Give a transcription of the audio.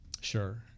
Sure